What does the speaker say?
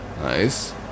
Nice